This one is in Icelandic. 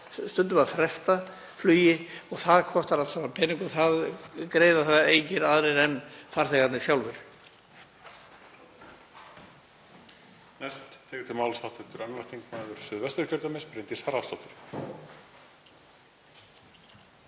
stundum þarf að fresta flugi og það kostar allt saman peninga og það greiða engir aðrir en farþegarnir sjálfir.